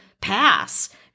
pass